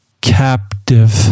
captive